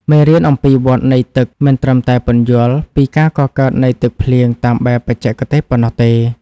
មេរៀនអំពីវដ្តនៃទឹកមិនត្រឹមតែពន្យល់ពីការកកើតនៃទឹកភ្លៀងតាមបែបបច្ចេកទេសប៉ុណ្ណោះទេ។